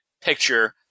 picture